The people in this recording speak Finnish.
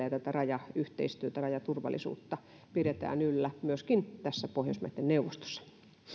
ja tätä rajayhteistyötä rajaturvallisuutta pidetään yllä myöskin pohjoismaiden neuvostossa